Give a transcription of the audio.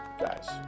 guys